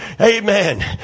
Amen